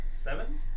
seven